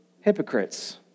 hypocrites